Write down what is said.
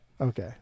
Okay